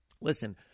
Listen